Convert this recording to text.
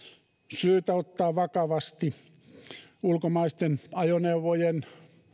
syytä ottaa vakavasti ulkomaisten ajoneuvojen